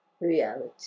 reality